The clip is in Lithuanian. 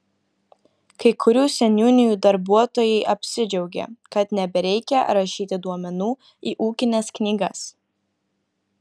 kai kurių seniūnijų darbuotojai apsidžiaugė kad nebereikia rašyti duomenų į ūkines knygas